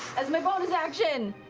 as my bonus action.